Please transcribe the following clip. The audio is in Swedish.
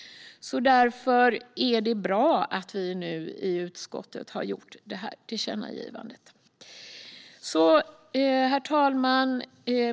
Därför är det bra att vi i utskottet föreslår detta tillkännagivande. Herr talman!